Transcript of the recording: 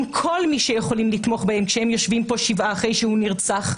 כל אלה שיכולים לתמוך בהם כשהם יושבים כאן שבעה אחרי שהוא נרצח,